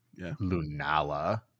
Lunala